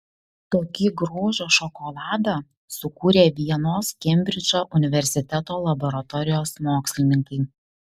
tokį grožio šokoladą sukūrė vienos kembridžo universiteto laboratorijos mokslininkai